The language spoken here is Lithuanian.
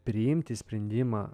priimti sprendimą